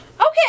Okay